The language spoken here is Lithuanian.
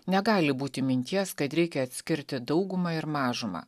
negali būti minties kad reikia atskirti daugumą ir mažumą